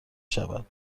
شود